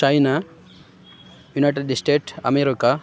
China united state America